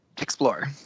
explore